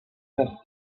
nefs